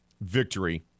Victory